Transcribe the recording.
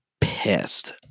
pissed